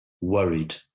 worried